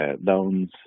loans